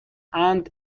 and